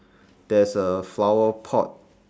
there's a flower pot